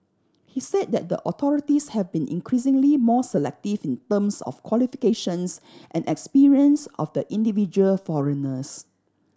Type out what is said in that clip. he said that the authorities have been increasingly more selective in terms of qualifications and experience of the individual foreigners